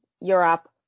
Europe